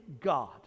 God